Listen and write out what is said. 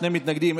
שני מתנגדים,